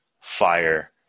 fire